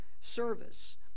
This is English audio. service